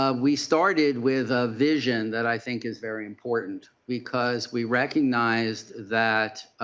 ah we started with a vision that i think is very important because we recognized that